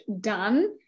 done